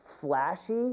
flashy